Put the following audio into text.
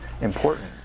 important